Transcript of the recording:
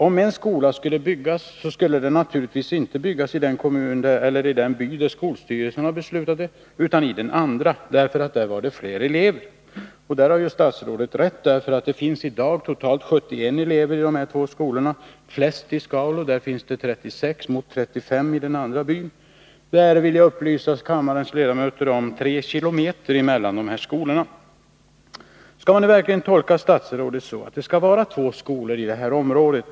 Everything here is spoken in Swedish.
Om en skola skulle byggas, skulle den naturligtvis inte byggas i den by där skolstyrelsen hade beslutat göra det utan i den andra, därför att där fanns det fler elever. Där har statsrådet rätt. Det finns i dag totalt 71 elever i de här två skolorna. I skolan i Skaulo finns det 36 elever mot 35 i skolan i den andra byn. Det är, vill jag upplysa kammarens ledamöter om, 3 km mellan skolorna. Skall man verkligen tolka statsrådets uttalanden så att det skall vara två skolor i detta område?